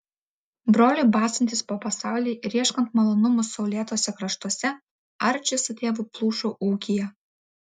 broliui bastantis po pasaulį ir ieškant malonumų saulėtuose kraštuose arčis su tėvu plušo ūkyje